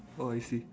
oh I see